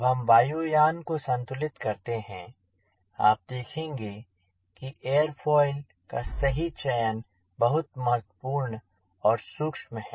जब हम वायु यान को संतुलित करते हैं आप देखेंगे कि एरोफोइल का सही चयन बहुत महत्वपूर्ण और सूक्ष्म है